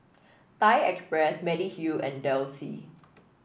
Thai Express Mediheal and Delsey